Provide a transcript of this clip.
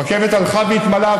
הרכבת הלכה והתמלאה,